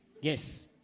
Yes